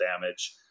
damage